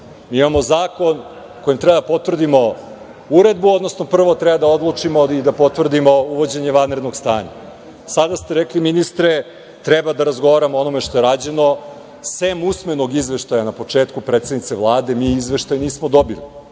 Imamo zakon kojim treba da potvrdimo uredbu, odnosno prvo treba da odlučimo, ali i da potvrdimo uvođenje vanrednog stanja. Sada ste rekli, ministre, treba da razgovaramo o onome što je rađeno. Sem usmenog izveštaja na početku, predsednice Vlade, mi izveštaj nismo dobili,